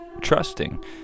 trusting